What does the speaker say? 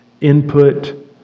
input